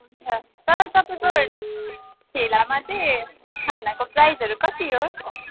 हुन्छ तर तपाईँको ठेलामा चाहिँ खानाको प्राइसहरू कति हो